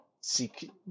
seek